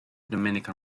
dominican